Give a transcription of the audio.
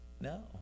No